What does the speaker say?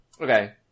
okay